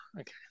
okay